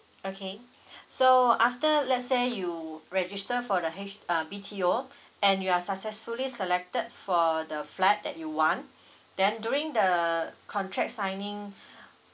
okay so after let's say you register for the H uh B_T_O and you are successfully selected for the flat that you want then during the contract signing